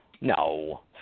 No